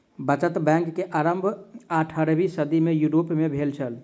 बचत बैंक के आरम्भ अट्ठारवीं सदी में यूरोप में भेल छल